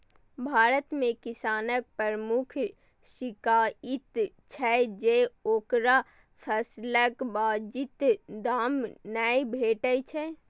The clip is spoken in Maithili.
भारत मे किसानक प्रमुख शिकाइत छै जे ओकरा फसलक वाजिब दाम नै भेटै छै